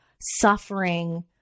suffering